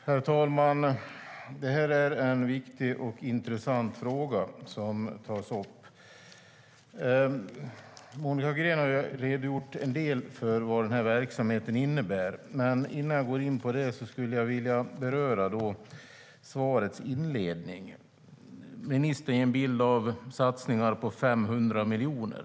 Herr talman! Det är en viktig och intressant fråga som tas upp. Monica Green har redogjort för en del av vad verksamheten innebär. Men innan jag går in på det skulle jag vilja beröra inledningen i svaret. Ministern ger en bild av satsningar på 500 miljoner.